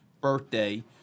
birthday-